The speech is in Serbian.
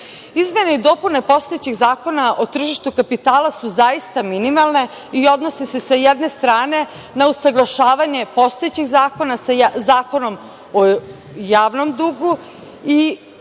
i dopune postojećeg Zakona o tržištu kapitala su zaista minimalne i odnose se sa jedne strane na usaglašavanje postojećeg zakona sa Zakonom o javnom dugu i